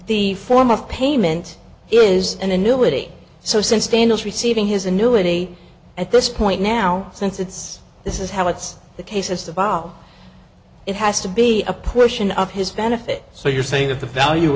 the form of payment is an annuity so since daniel's receiving his annuity at this point now since it's this is how it's the case about it has to be a portion of his benefit so you're saying that the value